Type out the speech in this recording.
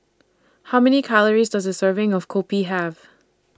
How Many Calories Does A Serving of Kopi Have